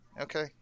Okay